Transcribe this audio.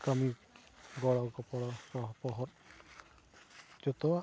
ᱠᱟᱹᱢᱤ ᱜᱚᱲᱚ ᱜᱚᱯᱚᱲᱚ ᱥᱚᱯᱚᱦᱚᱫ ᱡᱚᱛᱚᱣᱟᱜ